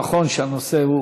נכון שהנושא הוא